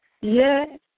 Yes